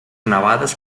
nevades